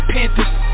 Panthers